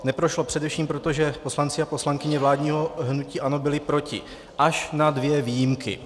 Neprošlo především proto, že poslanci a poslankyně vládního hnutí ANO byli proti, až na dvě výjimky.